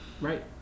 right